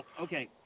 okay